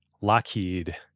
Lockheed